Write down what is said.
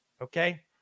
Okay